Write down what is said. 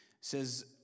says